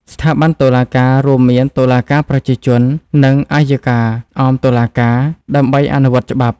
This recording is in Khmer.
ស្ថាប័នតុលាការ រួមមានតុលាការប្រជាជន និងអយ្យការអមតុលាការ ដើម្បីអនុវត្តច្បាប់។